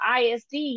ISD